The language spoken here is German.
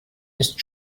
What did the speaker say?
ist